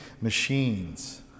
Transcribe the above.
machines